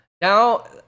now